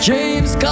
James